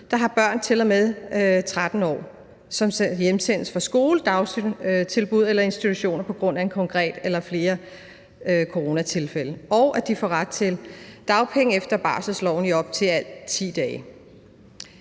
der har børn til og med 13 år, som hjemsendes fra skole, dagtilbud eller institutioner på grund af et konkret eller flere coronatilfælde, i møde ved at sikre, at de får ret til dagpenge efter barselsloven i op til i alt 10 dage.